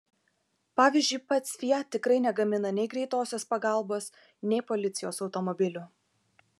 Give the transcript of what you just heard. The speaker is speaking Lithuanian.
pavyzdžiui pats fiat tikrai negamina nei greitosios pagalbos nei policijos automobilių